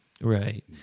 Right